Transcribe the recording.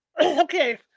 Okay